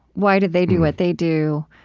why do they do what they do?